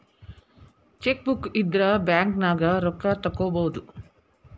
chequebook ಇದ್ರ ಬ್ಯಾಂಕ್ನ್ಯಾಗ ರೊಕ್ಕಾ ತೊಕ್ಕೋಬಹುದು